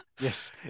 yes